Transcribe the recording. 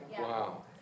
Wow